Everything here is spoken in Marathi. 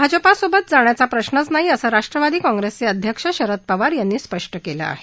भाजपासोबत जाण्याचा प्रश्रच नाही असं राष्ट्रवादी काँप्रेसचे अध्यक्ष शरद पवार यांनी स्पष्ट केलं आहे